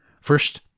First